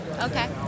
Okay